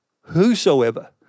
whosoever